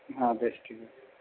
হ্যাঁ বেশ ঠিক আছে